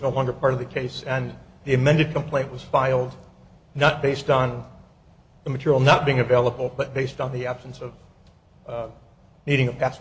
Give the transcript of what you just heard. a wonder part of the case and the amended complaint was filed not based on the material not being available but based on the absence of needing a pass